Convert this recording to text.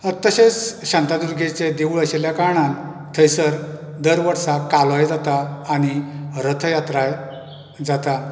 तशेंच शांतादुर्गेचें देवूळ आशिल्ल्या कारणान थंयसर दर वर्सा कालोय जाता आनी रथयात्रा जाता